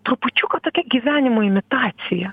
trupučiuką tokia gyvenimo imitacija